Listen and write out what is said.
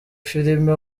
filime